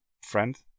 friend